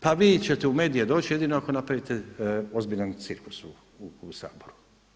Pa vi ćete u medije doći jedino ako napravite ozbiljan cirkus u Saboru.